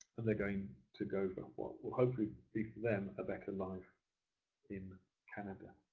and they're going to go for what will hopefully be for them a better life in canada.